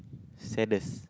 saddest